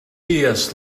lewis